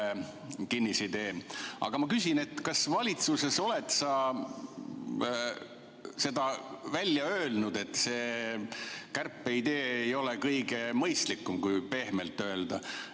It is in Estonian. Ma küsin, kas sa valitsuses oled seda välja öelnud, et see kärpeidee ei ole kõige mõistlikum, kui pehmelt öelda,